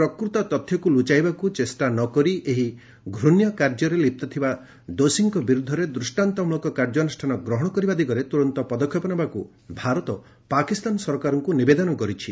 ପ୍ରକୃତ ତଥ୍ୟକୁ ଲୁଚାଇବାକୁ ଚେଷ୍ଟା ନ କରି ଏହି ଘୃଶ୍ୟ କାର୍ଯ୍ୟରେ ଲିପ୍ତ ଥିବା ଦୋଷୀଙ୍କ ବିରୁଦ୍ଧରେ ଦୃଷ୍ଟାନ୍ତମୂଳକ କାର୍ଯ୍ୟାନୁଷ୍ଠାନ ଗ୍ରହଣ କରିବା ଦିଗରେ ତୁରନ୍ତ ପଦକ୍ଷେପ ନେବାକୁ ଭାରତ ପାକିସ୍ତାନ ସରକାରଙ୍କୁ ନିବେଦନ କରିଛି